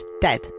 dead